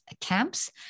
camps